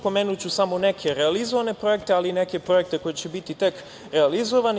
Pomenuću samo neke realizovane projekte, ali i neke projekte koji će biti tek realizovani.